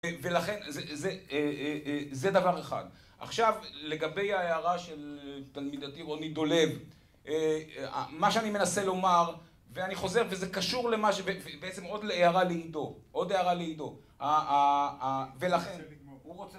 ולכן זה, זה, זה, זה דבר אחד. עכשיו, לגבי ההערה של תלמידתי רוני דולב, מה שאני מנסה לומר, ואני חוזר, וזה קשור למה ש... בעצם עוד להערה לעידו. עוד הערה לעידו. ה... ה... ולכן...